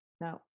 now